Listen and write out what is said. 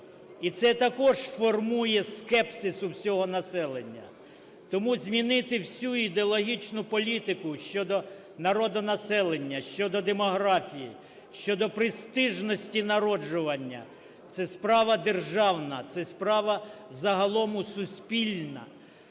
І це також формує скепсис у всього населення. Тому змінити всю ідеологічну політику щодо народонаселення, щодо демографії, щодо престижності народжування – це справа державна, це справа загалом суспільна.